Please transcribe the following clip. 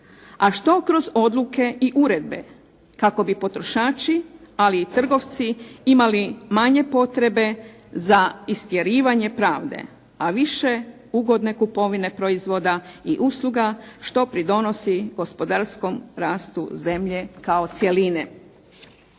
a što kroz odluke i uredbe kako bi potrošači, ali i trgovci imali manje potrebe za istjerivanje pravde, a više ugodne kupovine proizvoda i usluga što pridonosi gospodarskom rastu zemlje kao cjeline.